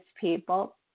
people